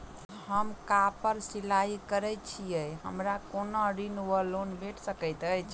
हम कापड़ सिलाई करै छीयै हमरा कोनो ऋण वा लोन भेट सकैत अछि?